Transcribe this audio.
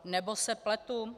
Nebo se pletu?